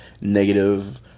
negative